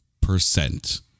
percent